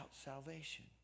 salvation